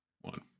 one